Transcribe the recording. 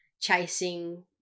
chasing